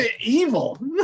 evil